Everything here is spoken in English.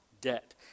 debt